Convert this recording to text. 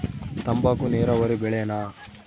ತಂಬಾಕು ನೇರಾವರಿ ಬೆಳೆನಾ?